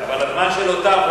אבל הזמן שלו תם,